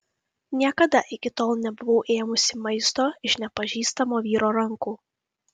niekada iki tol nebuvau ėmusi maisto iš nepažįstamo vyro rankų